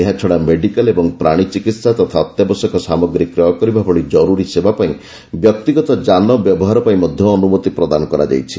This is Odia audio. ଏହାଛଡ଼ା ମେଡିକାଲ ଓ ପ୍ରାଣୀ ଚିକିତ୍ସା ତଥା ଅତ୍ୟାବଶ୍ୟକ ସାମଗ୍ରୀ କ୍ରୟ କରିବା ଭଳି ଜରୁରୀ ସେବା ପାଇଁ ବ୍ୟକ୍ତିଗତ ଯାନ ବ୍ୟବହାର ପାଇଁ ମଧ୍ୟ ଅନୁମତି ପ୍ରଦାନ କରାଯାଇଛି